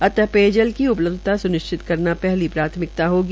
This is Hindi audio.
अत पेयजल की उपलब्धता स्निश्चित करना पहली प्राथमिकता होगी